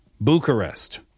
Bucharest